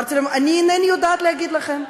אמרתי להם: אינני יודעת להגיד לכם,